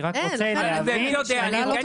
אני רק רוצה להבין --- ומי כן יודע?